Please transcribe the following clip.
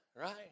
right